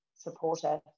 supporter